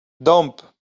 dąb